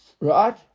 right